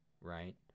right